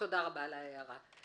תודה רבה על ההערה.